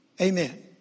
Amen